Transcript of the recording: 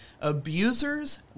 abusers